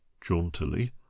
jauntily